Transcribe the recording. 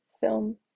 film